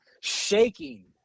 shaking